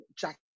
Jack